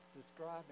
describing